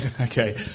okay